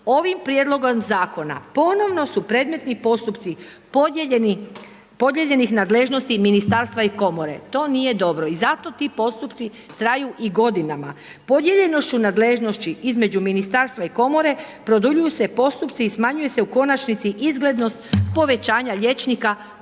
Ovim Prijedlogom Zakona ponovno su predmetni postupci podijeljenih nadležnosti Ministarstva i Komore. To nije dobro. I zato ti postupci traju i godinama. Podijeljenošću nadležnosti između Ministarstva i Komore produljuju se postupci i smanjuje se u konačnici izglednost povećanja liječnika koji